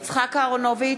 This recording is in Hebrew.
נגד יצחק אהרונוביץ,